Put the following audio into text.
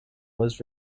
was